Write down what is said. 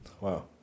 Wow